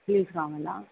heels కావాలా